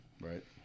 right